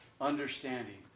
understanding